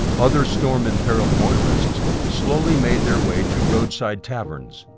other storm-imperiled motorists slowly made their way to roadside taverns,